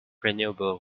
renewable